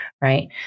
right